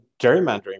gerrymandering